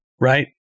right